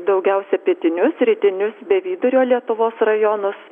daugiausia pietinius rytinius bei vidurio lietuvos rajonus